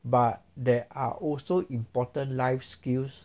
but there are also important life skills